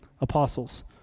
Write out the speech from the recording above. apostles